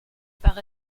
par